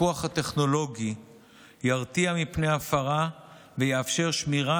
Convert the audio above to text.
הפיקוח הטכנולוגי ירתיע מפני ההפרה ויאפשר שמירה